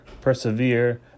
persevere